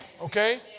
Okay